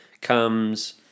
comes